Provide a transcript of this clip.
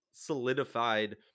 solidified